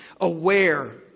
aware